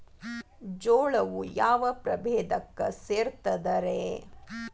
ಜೋಳವು ಯಾವ ಪ್ರಭೇದಕ್ಕ ಸೇರ್ತದ ರೇ?